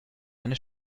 eine